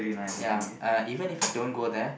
ya uh even If I don't go there